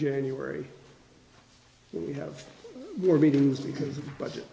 january we have more meetings because of budget